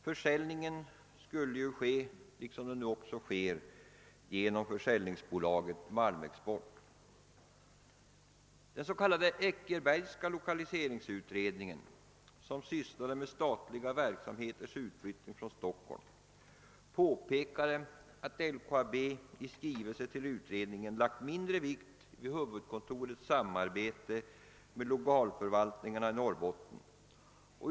Försäljningen skulle ju äga rum, såsom nu också är fallet, genom försäljningsbolaget Malmexport. I den s.k. Eckerbergska lokaliseringsutredning, som arbetade med frågan om statliga verksamheters förflyttning från Stockholm, påpekades att LKAB i skrivelser till utredningen lagt mindre vikt till huvudkontorets samarbete med lokalförvaltningarna i Norrbotten.